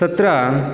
तत्र